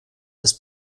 ist